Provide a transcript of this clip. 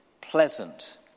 pleasant